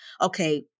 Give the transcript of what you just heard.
okay